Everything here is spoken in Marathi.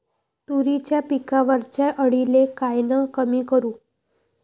तुरीच्या पिकावरच्या अळीले कायनं कमी करू?